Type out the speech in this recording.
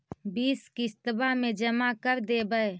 बिस किस्तवा मे जमा कर देवै?